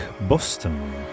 Boston